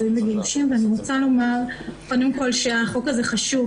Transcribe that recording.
אני רוצה לומר קודם כול שהחוק הזה חשוב.